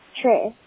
true